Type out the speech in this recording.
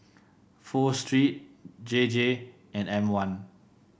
Pho Street J J and M one